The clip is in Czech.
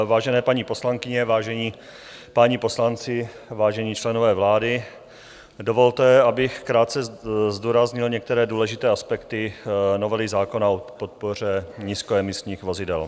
Vážené paní poslankyně, vážení páni poslanci, vážení členové vlády, dovolte, abych krátce zdůraznil některé důležité aspekty novely zákona o podpoře nízkoemisních vozidel.